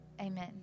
amen